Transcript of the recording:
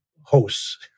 hosts